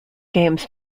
games